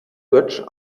götsch